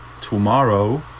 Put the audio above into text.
tomorrow